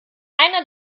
einer